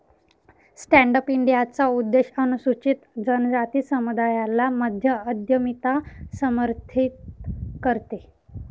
stand up इंडियाचा उद्देश अनुसूचित जनजाति समुदायाला मध्य उद्यमिता समर्थित करते